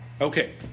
Okay